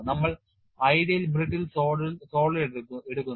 നമ്മൾ ideal brittle solid എടുക്കുന്നു